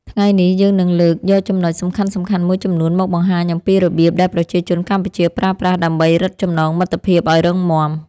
ថ្ងៃនេះយើងនឹងលើកយកចំណុចសំខាន់ៗមួយចំនួនមកបង្ហាញអំពីរបៀបដែលប្រជាជនកម្ពុជាប្រើប្រាស់ដើម្បីរឹតចំណងមិត្តភាពឱ្យរឹងមាំ។